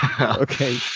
Okay